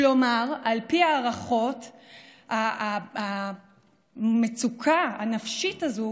כלומר, על פי ההערכות, המצוקה הנפשית הזאת